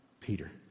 Peter